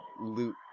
loot